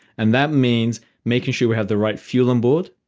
and that means making sure we have the right fuel on board.